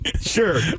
Sure